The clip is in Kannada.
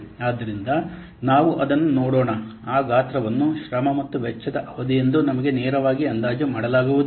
ಆದ್ದರಿಂದ ನಾವು ಅದನ್ನು ನೋಡೋಣ ಆ ಗಾತ್ರವನ್ನು ಶ್ರಮ ಮತ್ತು ವೆಚ್ಚದ ಅವಧಿಯೆಂದು ನಮಗೆ ನೇರವಾಗಿ ಅಂದಾಜು ಮಾಡಲಾಗುವುದಿಲ್ಲ